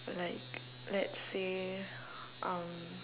like let's say um